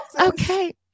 okay